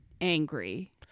angry